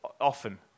often